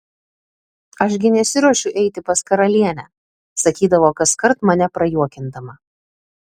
aš gi nesiruošiu eiti pas karalienę sakydavo kaskart mane prajuokindama